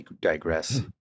Digress